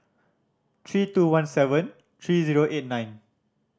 three two one seven three zero eight nine